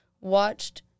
watched